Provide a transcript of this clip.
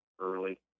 early